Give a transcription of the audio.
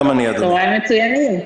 צוהריים מצוינים.